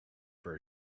for